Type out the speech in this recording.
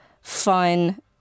fun